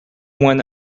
one